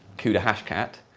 cudahashcat.